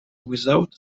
without